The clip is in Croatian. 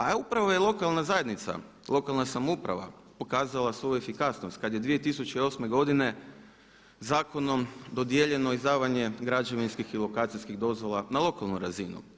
A upravo je lokalna zajednica, lokalna samouprava pokazala svoju efikasnost kad je 2008. godine zakonom dodijeljeno izdavanje građevinskih i lokacijskih dozvola na lokalnoj razini.